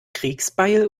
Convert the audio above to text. kriegsbeil